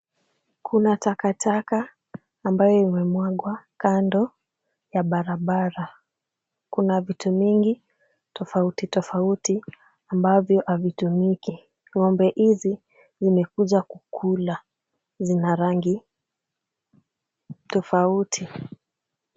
Kuna takataka ambayo imemwagwa kando ya barabara. Kuna vitu mingi tofauti tofauti ambavyo havitumiki. Ng'ombe hizi zimekuja kukula, zina rangi tofauti.